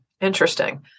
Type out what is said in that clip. Interesting